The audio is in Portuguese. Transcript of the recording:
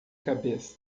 cabeça